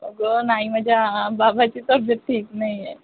अगं नाही माझ्या बाबाची तब्येत ठीक नाही आहे